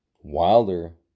Wilder